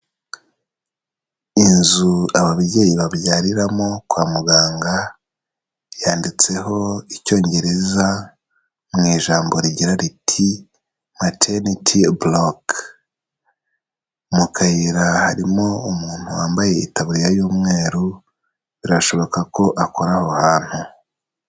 Inzu ababyeyi babyariramo kwa muganga yanditseho icyongereza mu ijambo rigira riti "materiniti buloke". Mu kayira harimo umuntu wambaye itaburiya y'umweru birashoboka ko akora aho hantu.